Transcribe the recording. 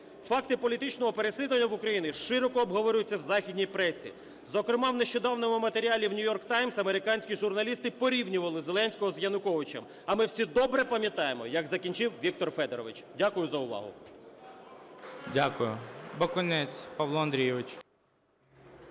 Факти політичного переслідування в Україні широко обговорюються в західній пресі, зокрема в нещодавньому матеріали в "Нью-Йорк таймс" американські журналісти порівнювали Зеленського з Януковичем. А ми всі добре пам'ятаємо, як закінчив Віктор Федорович. Дякую за увагу. Веде засідання Голова